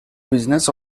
business